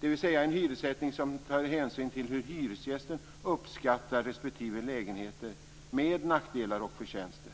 Dvs. att det ska vara en hyressättning som tar hänsyn till hur hyresgästerna uppskattar sina respektive lägenheter med nackdelar och förtjänster.